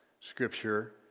Scripture